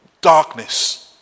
darkness